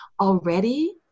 Already